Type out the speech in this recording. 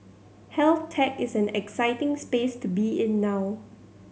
health tech is an exciting space to be in now